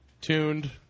Tuned